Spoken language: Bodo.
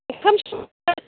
ओंखाम संनाय